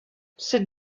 cette